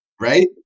Right